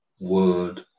word